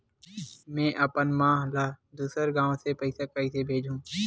में अपन मा ला दुसर गांव से पईसा कइसे भेजहु?